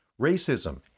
Racism